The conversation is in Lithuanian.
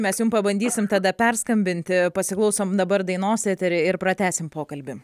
mes jum pabandysim tada perskambinti pasiklausom dabar dainos etery ir pratęsim pokalbį